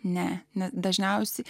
ne ne dažniausiai